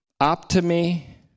optimi